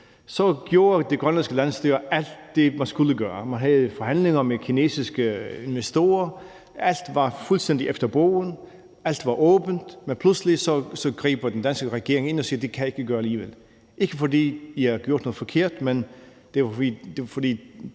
så gjorde det grønlandske landsstyre alt det, man skulle gøre. Man havde forhandlinger med kinesiske investorer, alt var fuldstændig efter bogen, alt var åbent, men pludselig greb den danske regering ind og sagde: Det kan I ikke gøre alligevel; det er ikke, fordi I har gjort noget forkert, men det